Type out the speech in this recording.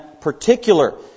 particular